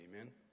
Amen